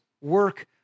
work